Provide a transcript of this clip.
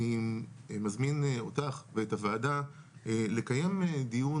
אני מזמין אותך ואת הוועדה לקיים דיון,